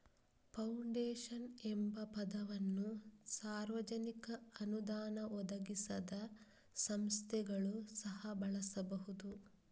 foundation ಎಂಬ ಪದವನ್ನು ಸಾರ್ವಜನಿಕ ಅನುದಾನ ಒದಗಿಸದ ಸಂಸ್ಥೆಗಳು ಸಹ ಬಳಸಬಹುದು